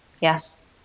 Yes